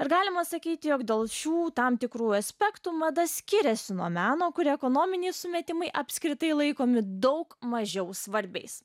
ar galima sakyti jog dėl šių tam tikrų aspektų mada skiriasi nuo meno kurie ekonominiai sumetimai apskritai laikomi daug mažiau svarbiais